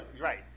right